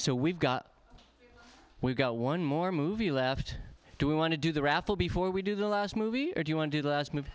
so we've got we've got one more movie left do we want to do the raffle before we do the last movie or do you want to the last mov